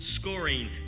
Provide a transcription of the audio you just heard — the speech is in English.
scoring